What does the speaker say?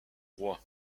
roi